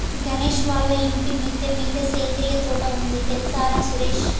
గణేష్ వాళ్ళ ఇంటి మిద్దె మీద సేంద్రియ తోట ఉంది తెల్సార సురేష్